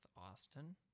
Austin